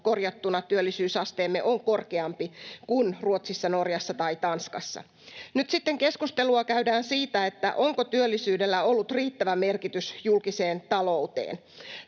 korjattuna työllisyysasteemme on korkeampi kuin Ruotsissa, Norjassa tai Tanskassa. Nyt sitten keskustelua käydään siitä, onko työllisyydellä ollut riittävä merkitys julkiseen talouteen.